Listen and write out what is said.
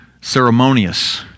ceremonious